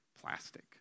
plastic